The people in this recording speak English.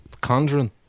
conjuring